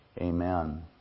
Amen